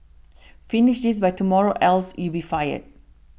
finish this by tomorrow else you'll be fired